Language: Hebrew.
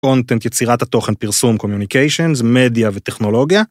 קונטנט, יצירת התוכן, פרסום, קומיוניקיישנס, מדיה וטכנולוגיה.